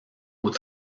aux